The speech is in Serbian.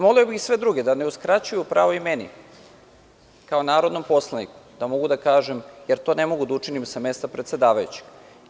Molio bih sve druge da ne uskraćuju pravo meni, kao narodnom poslaniku, da mogu da kažem, jer to ne mogu da učinim sa mesta predsedavajućeg.